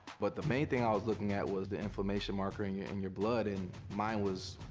but the main thing i was looking at was the inflammation marker in yeah and your blood and mine was.